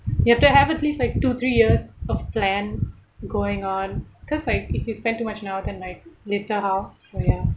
you have to have at least like two three years of plan going on because like if you spend too much now then like later how so ya